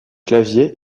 claviers